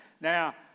Now